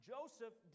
Joseph